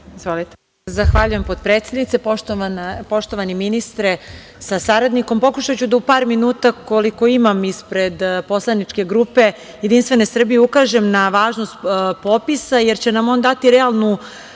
Zahvaljujem potpredsednice. Poštovani ministre sa saradnikom, pokušaću da u par minuta, koliko imam ispred poslaničke grupe JS, ukažem na važnost popisa, jer će nam on dati realnu